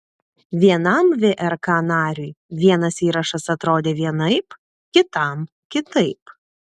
vienam vrk nariui vienas įrašas atrodė vienaip kitam kitaip